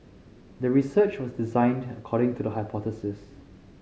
the research was designed according to the hypothesis